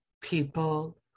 people